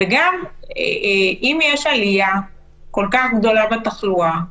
אם יש עלייה כל כך גדולה בתחלואה,